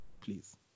Please